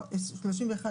31 בדצמבר 2021,